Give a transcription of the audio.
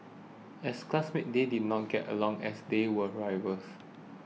as classmates they did not get along as they were rivals